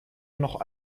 noch